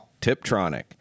Tiptronic